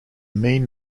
mean